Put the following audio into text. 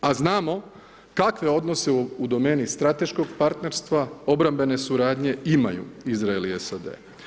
A znamo kakve odnose u domeni strateškog partnerstva, obramben suradnje imaju Izrael i SAD.